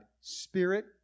spirit